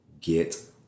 get